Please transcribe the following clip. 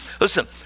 Listen